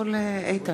חבר הכנסת